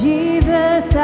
Jesus